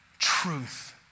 truth